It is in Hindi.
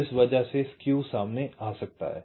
तो इस वजह से स्केव सामने आ सकता है